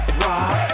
rock